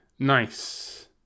nice